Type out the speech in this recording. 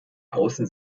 außen